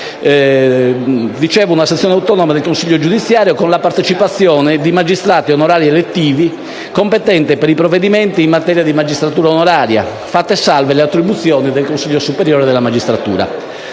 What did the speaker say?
2006 - una sezione autonoma del Consiglio giudiziario con la partecipazione di magistrati onorari elettivi, competente per i provvedimenti in materia di magistratura onoraria, fatte salve le attribuzioni del Consiglio superiore della magistratura.